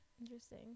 interesting